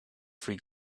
free